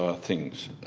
ah things.